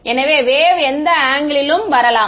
எனவே வேவ் எந்த ஆங்கிலிலும் வரலாம்